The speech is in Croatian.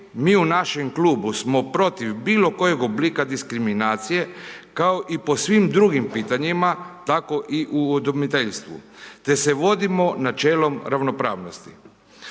mi u našem klubu smo protiv bilo kojeg oblika diskriminacije, kao i po svim drugim pitanjima, tako i u udomiteljstvu, te se vodimo načelom ravnopravnosti.